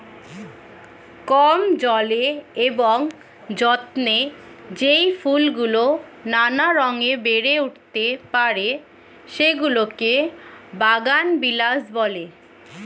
কম জলে এবং যত্নে যেই ফুলগুলো নানা রঙে বেড়ে উঠতে পারে, সেগুলোকে বাগানবিলাস বলে